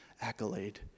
accolade